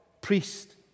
priest